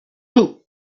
two